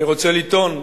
אני רוצה לטעון,